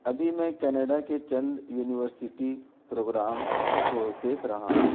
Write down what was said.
ابھی میں کینیڈا کے چند یونیورسٹی پروگرامس کو دیکھ رہا ہوں